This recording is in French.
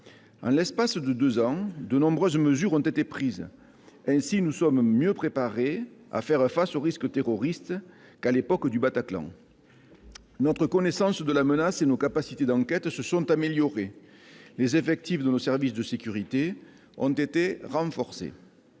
En l'espace de deux ans, de nombreuses mesures ont été prises. Ainsi, nous sommes mieux préparés à faire face au risque terroriste qu'à l'époque du Bataclan. Notre connaissance de la menace et nos capacités d'enquête se sont améliorées. Les effectifs de nos services de sécurité ont été renforcés.